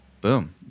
Boom